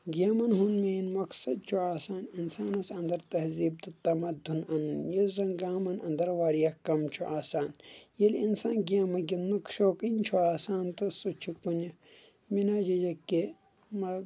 گیمن ہُنٛد مین مقصد چھُ آسان انسانس انٛدر تہزیٖب تہٕ تمدُن انُن یُس زن گامن انٛدر واریاہ کم چھُ آسان ییٚلہِ انسان گیمہٕ گِنٛدنُک شوقیٖن چھُ آسان تہٕ سُہ چھُ کُنہِ بِنا ججک کے مطلب